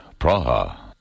Praha